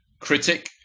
critic